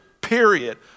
period